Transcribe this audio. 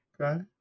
Okay